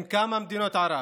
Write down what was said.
עם כמה מדינות ערב.